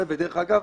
דרך אגב,